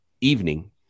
evening